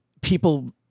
people